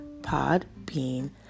Podbean